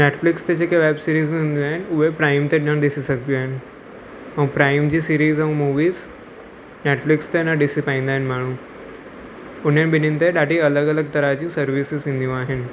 Netflix ते जेके वैबसीरीसूं ईंदियूं आहिनि उहे प्राइम ते न ॾिसी सघबियूं आहिनि ऐं प्राइम जी सीरीस ऐं मूवीस नैटफ्लिक्स ते न ॾिसी पाईंदा आहिनि माण्हू हुननि ॿिन्हिनि ते ॾाढी अलॻि अलॻि तरह जूं सर्विस ईंदियूं आहिनि